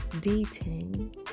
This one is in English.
dating